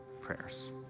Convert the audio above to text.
prayers